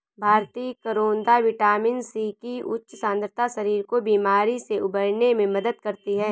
भारतीय करौदा vitamin C की उच्च सांद्रता शरीर को बीमारी से उबरने में मदद करती है